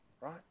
right